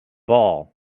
ball